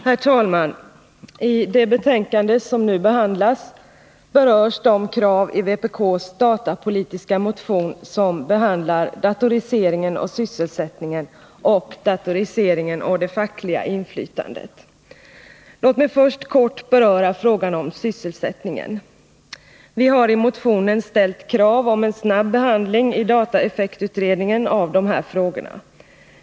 Herr talman! I det betänkande som nu behandlas berörs de krav i vpk:s datapolitiska motion som behandlar datoriseringen och sysselsättningen samt datoriseringen och det fackliga inflytandet. Låt mig först kort beröra frågan om sysselsättningen. Vi har i motionen ställt krav om en snabb behandling i dataeffektutredningen av dessa frågor.